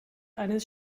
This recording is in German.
eines